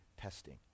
testing